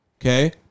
okay